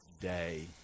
day